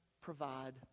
provide